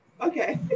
Okay